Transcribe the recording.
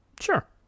Sure